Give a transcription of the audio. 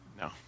No